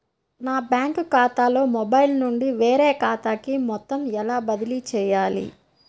నా బ్యాంక్ ఖాతాలో మొబైల్ నుండి వేరే ఖాతాకి మొత్తం ఎలా బదిలీ చేయాలి?